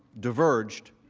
diverged,